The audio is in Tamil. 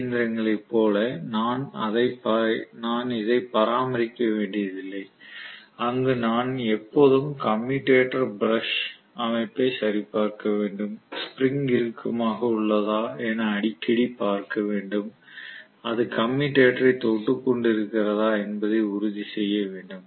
இயந்திரங்களை போல நான் இதை பராமரிக்க வேண்டியதில்லை அங்கு நான் எப்போதும் கம்யுடேடர் பிரஷ் அமைப்பை சரி பார்க்க வேண்டும் ஸ்ப்ரிங் இறுக்கமாக உள்ளதா என அடிக்கடி பார்க்க வேண்டும் அது கம்யுடேடரை தொட்டு கொண்டு இருக்கிறதா என்பதை உறுதி செய்ய வேண்டும்